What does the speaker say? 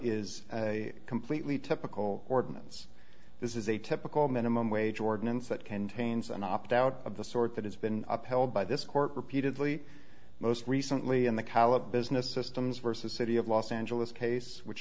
is a completely typical ordinance this is a typical minimum wage ordinance that contains an opt out of the sort that has been upheld by this court repeatedly most recently in the callup business systems versus city of los angeles case which